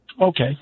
Okay